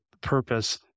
purpose